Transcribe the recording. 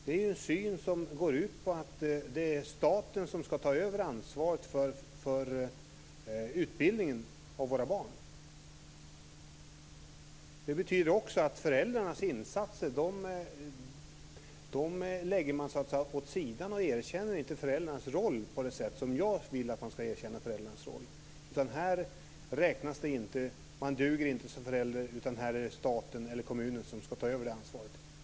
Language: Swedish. Det är en syn som går ut på att det är staten som skall ta över ansvaret för utbildningen av våra barn. Det betyder också att föräldrarnas insatser läggs åt sidan. Föräldrarnas roll erkänns inte på det sätt som jag vill att den skall erkännas. Man duger inte som förälder, utan här är det staten eller kommunen som skall ta över ansvaret.